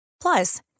Plus